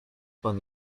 pan